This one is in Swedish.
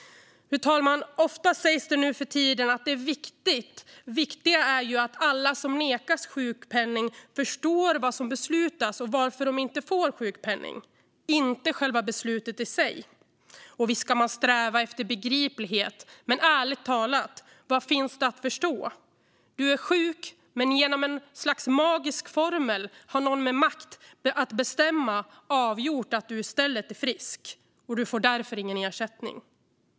Fru talman! Ofta sägs det nu för tiden att det viktiga är att alla som nekas sjukpenning förstår vad som beslutas och varför de inte får sjukpenning, inte beslutet i sig. Visst ska man sträva efter begriplighet. Men ärligt talat vad finns det att förstå? Du är sjuk men genom en magisk formel har någon med makt att bestämma avgjort att du i stället är frisk, och du får därför ingen ersättning.